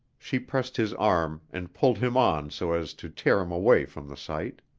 she pressed his arm and pulled him on so as to tear him away from the sight.